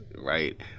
right